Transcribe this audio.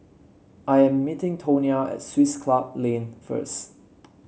I am meeting Tonia at Swiss Club Lane first